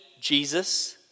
Jesus